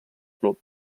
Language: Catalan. club